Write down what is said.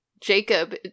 Jacob